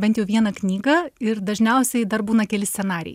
bent jau vieną knygą ir dažniausiai dar būna keli scenarijai